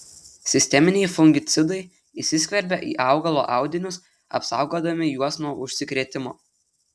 sisteminiai fungicidai įsiskverbia į augalo audinius apsaugodami juos nuo užsikrėtimo